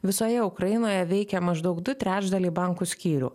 visoje ukrainoje veikė maždaug du trečdaliai bankų skyrių